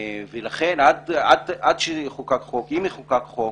לכן עד שיחוקק חוק אם יחוקק חוק,